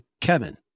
Kevin